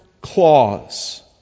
clause